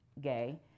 gay